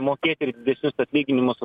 mokėti ir didesnius atlyginimus